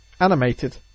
Animated